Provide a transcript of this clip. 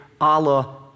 Allah